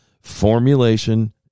formulation